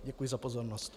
Děkuji za pozornost.